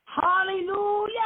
Hallelujah